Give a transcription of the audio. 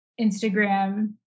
Instagram